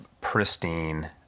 pristine